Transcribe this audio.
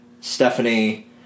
...Stephanie